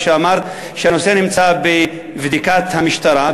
כשאמרת שהנושא נמצא בבדיקת המשטרה,